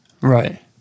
Right